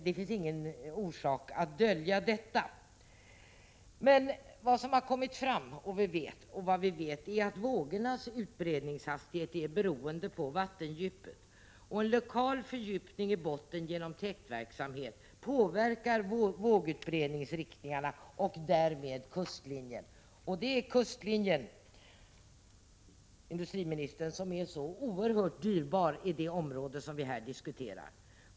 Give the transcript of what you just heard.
Det finns ingen orsak att dölja det. Det är dock bekant att vågornas utbredningshastighet beror på vattendjupet. En lokal fördjupning i botten genom täktverksamhet påverkar alltså vågutbredningens riktning och därmed kustlinjen, och det är just kustlinjen, industriministern, som är så oerhört dyrbar i det område som vi här diskuterar.